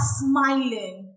smiling